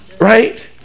Right